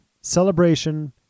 celebration